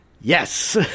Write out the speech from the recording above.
Yes